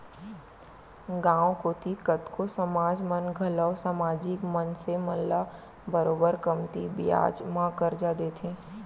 गॉंव कोती कतको समाज मन घलौ समाजिक मनसे मन ल बरोबर कमती बियाज म करजा देथे